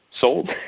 Sold